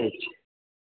ठीक छै